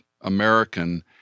American